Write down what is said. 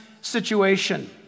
situation